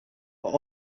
but